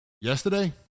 yesterday